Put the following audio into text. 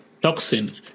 toxin